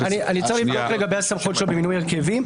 ואני מאמינה לשר המשפטים.